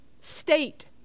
state